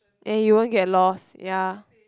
and you won't get lost ya